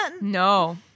no